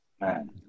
Man